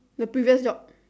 the previous job